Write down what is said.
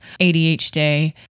ADHD